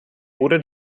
oder